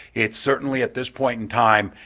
it's certainly at this point in time